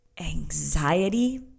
anxiety